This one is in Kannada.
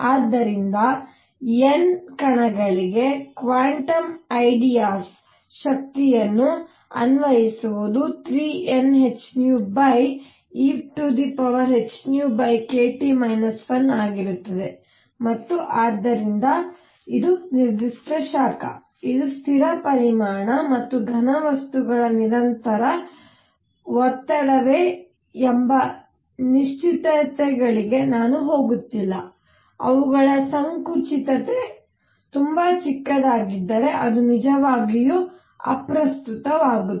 ಆದ್ದರಿಂದ N ಕಣಗಳಿಗೆ ಕ್ವಾಂಟಮ್ ಐಡಿಯಾಸ್ ಶಕ್ತಿಯನ್ನು ಅನ್ವಯಿಸುವುದು 3NhνehνkT 1ಆಗಿರುತ್ತದೆ ಮತ್ತು ಆದ್ದರಿಂದ ನಿರ್ದಿಷ್ಟ ಶಾಖ ಇದು ಸ್ಥಿರ ಪರಿಮಾಣ ಅಥವಾ ಘನವಸ್ತುಗಳ ನಿರಂತರ ಒತ್ತಡವೇ ಎಂಬ ನಿಶ್ಚಿತತೆಗಳಿಗೆ ನಾನು ಹೋಗುತ್ತಿಲ್ಲ ಅವುಗಳ ಸಂಕುಚಿತತೆ ತುಂಬಾ ಚಿಕ್ಕದಾಗಿದ್ದರೆ ಅದು ನಿಜವಾಗಿಯೂ ಅಪ್ರಸ್ತುತವಾಗುತ್ತದೆ